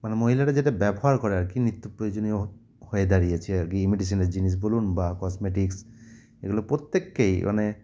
মানে মহিলারা যেটা ব্যবহার করে আর কি নিত্য প্রয়োজনীয় হয়ে দাঁড়িয়েছে আর কি ইমেটিসিনের জিনিস বলুন বা কসমেটিক্স এগুলো প্রত্যেককেই মানে